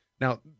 Now